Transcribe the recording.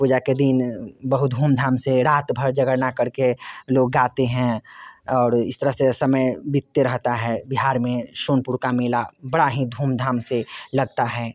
पूजा के दिन बहुत धूम धाम से रात भर जगना कर के लोग गाते हैं और इस तरह से समय बीतते रहता है बिहार में सोनपुर का मेला बड़ा ही धूम धाम से लगता है